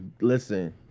listen